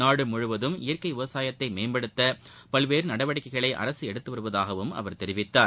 நாடு முழுவதும் இயற்கை விவசாயத்தை மேம்படுத்த பல்வேறு நடவடிக்கைகளை அரசு எடுத்துவருவதாகவும் அவர் தெரிவித்தார்